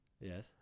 Yes